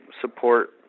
support